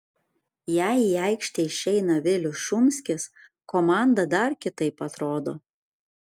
jei į aikštę išeina vilius šumskis komanda dar kitaip atrodo